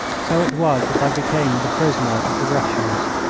so it was that i became the prisoner of the russians.